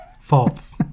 False